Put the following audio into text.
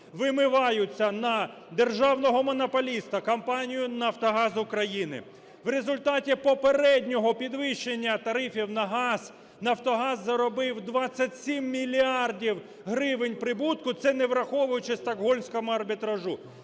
вимиваються на державного монополіста, компанію "Нафтогаз України". В результаті попереднього підвищення тарифів на газ "Нафтогаз" заробив 27 мільярдів гривень прибутку. Це, не враховуючи Стокгольмського арбітражу.